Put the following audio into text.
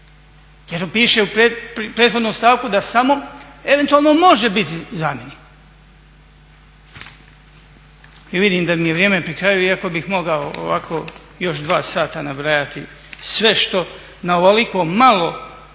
jer piše u prethodnom stavku da samo eventualno može biti zamjenik. I vidim da mi je vrijeme pri kraju iako bi mogao ovako još dva sata nabrajati sve što na ovoliko malo